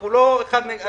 אנחנו לא אחד נגד השני.